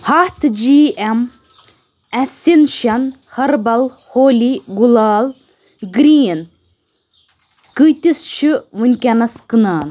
ہَتھ جی اٮ۪م اٮ۪سٮ۪نشن ۂربل ہولی گُلال گرٛیٖن قۭتِس چھِ وٕنکیٚنَس کٕنان